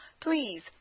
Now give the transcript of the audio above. Please